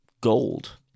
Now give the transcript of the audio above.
Gold